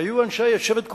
היו אנשי שבט קורייש,